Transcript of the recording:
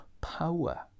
power